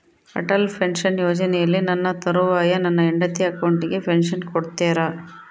Atal pension ಯೋಜನೆಯಲ್ಲಿ ನನ್ನ ತರುವಾಯ ನನ್ನ ಹೆಂಡತಿ ಅಕೌಂಟಿಗೆ ಪೆನ್ಶನ್ ಕೊಡ್ತೇರಾ?